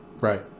right